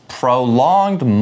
prolonged